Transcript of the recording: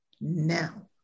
now